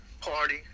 party